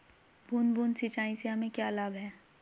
बूंद बूंद सिंचाई से हमें क्या लाभ है?